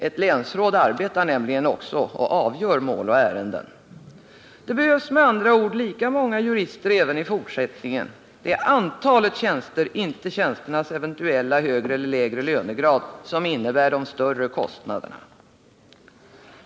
Ett länsråd arbetar nämligen också och avgör mål och ärenden. Det behövs med andra ord lika många jurister även i fortsättningen. Det är antalet tjänster, och inte tjänsternas eventuella högre eller lägre lönegrad, som innebär de större kostnaderna.